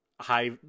high